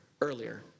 earlier